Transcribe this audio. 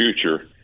future